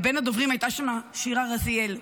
בין הדוברים הייתה שירה רזיאל,